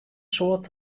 soad